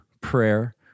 prayer